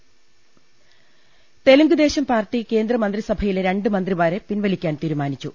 ങ്ങ ൽ തെലുങ്ക് ദേശം പാർട്ടി കേന്ദ്രമന്ത്രിസഭയിലെ രണ്ട് മന്ത്രിമാരെ പിൻവലിക്കാൻ തീരുമാനിച്ചു